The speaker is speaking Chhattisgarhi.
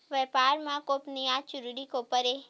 व्यापार मा गोपनीयता जरूरी काबर हे?